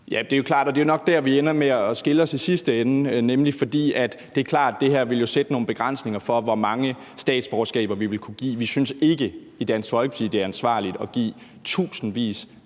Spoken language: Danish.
det er nok der, vi ender med at skille os i sidste ende, for det er klart, at det her jo vil sætte nogle begrænsninger for, hvor mange statsborgerskaber vi vil kunne give. Vi synes ikke i Dansk Folkeparti, det er ansvarligt at give tusindvis